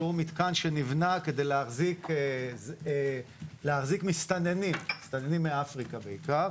שנבנה כדי להחזיק מסתננים מאפריקה בעיקר,